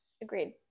Agreed